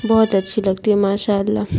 بہت اچھی لگتی ہے ماشاء اللہ